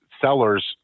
sellers